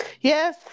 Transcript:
Yes